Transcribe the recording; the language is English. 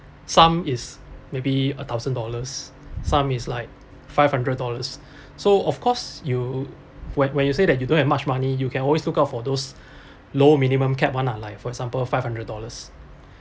some is maybe a thousand dollars some is like five hundred dollars so of course you when when you say that you don't have much money you can always look out for those low minimum capped one lah like for example five hundred dollars